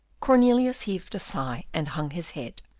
cornelius heaved a sigh and hung his head.